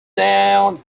down